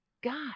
God